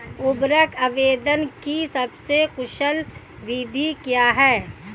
उर्वरक आवेदन की सबसे कुशल विधि क्या है?